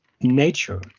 nature